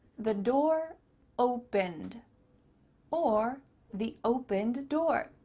the door opened or the opened door.